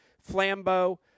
Flambeau